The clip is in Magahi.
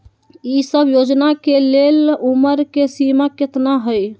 ई सब योजना के लेल उमर के सीमा केतना हई?